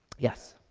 yes,